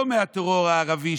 לא מהטרור הערבי,